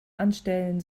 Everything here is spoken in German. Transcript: anstellen